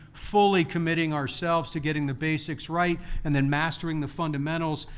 fully committing ourselves to getting the basics right. and then mastering the fundamentals.